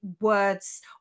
words